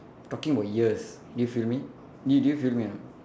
talking about years do you feel me do do you feel me or not